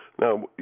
Now